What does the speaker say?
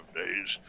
days